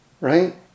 right